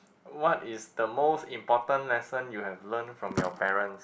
what is the most important lesson you have learn from your parents